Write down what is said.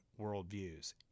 worldviews